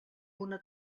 una